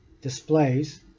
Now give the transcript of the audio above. displays